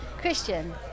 Christian